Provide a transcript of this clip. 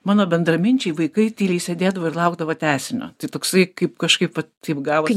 mano bendraminčiai vaikai tyliai sėdėdavo ir laukdavo tęsinio tai toksai kaip kažkaip vat taip gavos